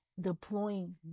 deploying